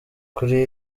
kuri